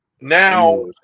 now